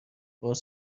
باز